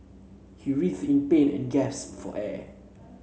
he writhed in pain and gasped for air